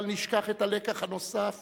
בל נשכח את הלקח הנוסף